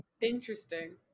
Interesting